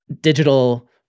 digital